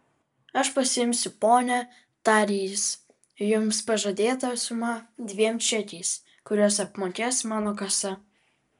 aš pasiimsiu ponia tarė jis jums pažadėtą sumą dviem čekiais kuriuos apmokės mano kasa